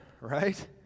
right